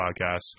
podcasts